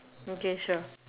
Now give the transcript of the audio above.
okay sure